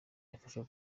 yafashwe